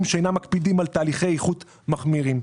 שאינם מקפידים על תהליכי איכות מחמירים.